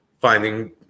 finding